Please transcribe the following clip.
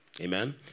Amen